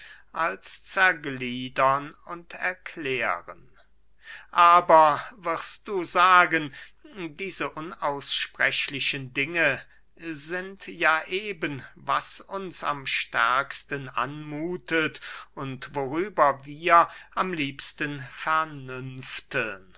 als zergliedern und erklären aber wirst du sagen diese unaussprechlichen dinge sind ja eben was uns am stärksten anmuthet und worüber wir am liebsten